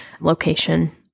location